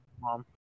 mom